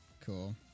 Cool